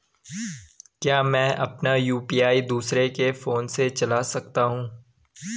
क्या मैं अपना यु.पी.आई दूसरे के फोन से चला सकता हूँ?